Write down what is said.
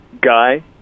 Guy